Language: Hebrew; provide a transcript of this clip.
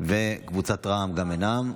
וגם קבוצת רע"מ אינה.